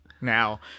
now